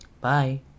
Bye